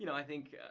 you know i think,